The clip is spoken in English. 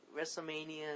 WrestleMania